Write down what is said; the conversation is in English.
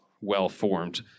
well-formed